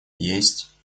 есть